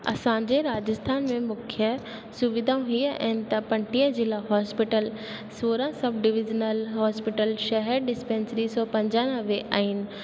असांजे राज्स्थान में मुख्य सुविधाऊं इहे आहिनि त पंजटीह ज़िला हॉस्पिटल सोरहं सब डिवीजनल हॉस्पिटल शहरु डिस्पेंसिरी सौ पंजानवे आहिनि